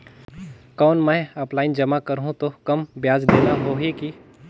कौन मैं ऑफलाइन जमा करहूं तो कम ब्याज देना होही की?